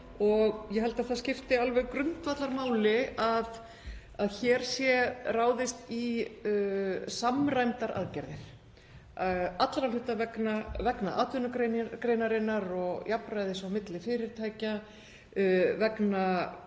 Ég held að það skipti grundvallarmáli að hér sé ráðist í samræmdar aðgerðir allra hluta vegna, vegna atvinnugreinarinnar, jafnræðis á milli fyrirtækja